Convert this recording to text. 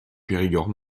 périgord